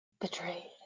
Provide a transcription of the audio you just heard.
Betrayed